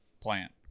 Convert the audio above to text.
plant